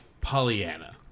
Pollyanna